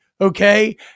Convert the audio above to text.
okay